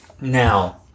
Now